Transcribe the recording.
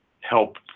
help